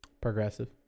Progressive